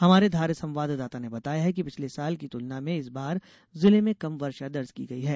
हमारे धार संवावदाता ने बताया है कि पिछले साल की तुलना में इस बार जिले में कम वर्षा दर्ज की गई है